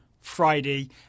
Friday